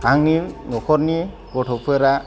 आंनि न'खरनि गथ'फोरा